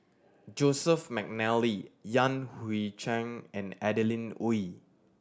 Joseph McNally Yan Hui Chang and Adeline Ooi